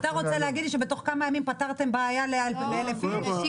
אתה רוצה להגיד לי שבתוך כמה ימים פתרתם בעיה ל-1,000 אנשים?